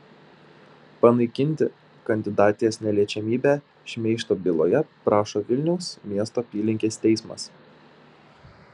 panaikinti kandidatės neliečiamybę šmeižto byloje prašo vilniaus miesto apylinkės teismas